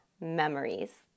memories